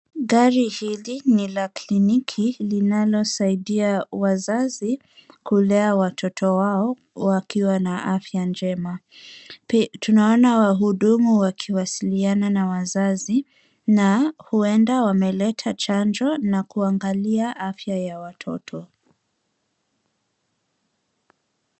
GAri hili ni la kliniki linalosaidia wazazi kulea watoto wao wakiwa na afya njema. Tunaona wahudumu wakiwasiliana na wazazi, na huenda wameleta chanjo na kuangalia afya ya watoto.